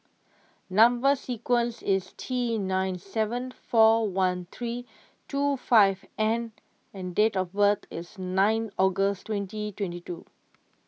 Number Sequence is T nine seven four one three two five N and date of birth is nine August twenty twenty two